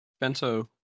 Bento